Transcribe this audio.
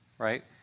right